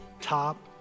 top